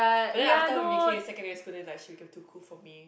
but then after we became secondary school then like she became too cool for me